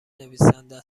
نویسنده